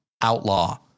Outlaw